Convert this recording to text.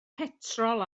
petrol